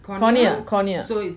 cornea cornea